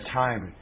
time